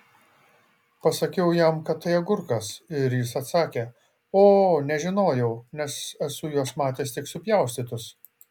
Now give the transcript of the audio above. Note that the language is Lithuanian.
pasakiau jam kad tai agurkas ir jis atsakė o nežinojau nes esu juos matęs tik supjaustytus